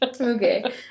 Okay